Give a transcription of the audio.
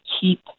keep